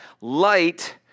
Light